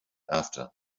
after